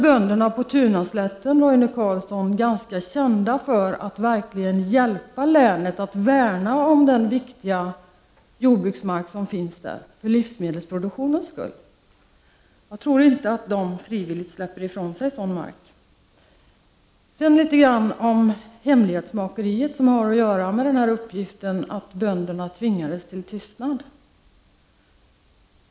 Bönderna på Tunaslätten är annars, Roine Carlsson, ganska kända för att verkligen hjälpa länct, att för livsmedelsproduktionens skull värna om den = Prot. 1989/90:43 viktiga jordbruksmark som finns där. Jag tror inte att dessa bönder frivilligt 11 december 1989 släpper ifrån sig sådan mark. Ra DR Lee Sedan något om hemlighetsmakeriet kring detta med att bönderna tvingades till tystnad.